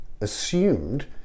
assumed